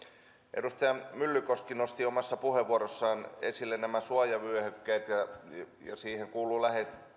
edustaja myllykoski nosti omassa puheenvuorossaan esille suojavyöhykkeet ja siihen kuuluu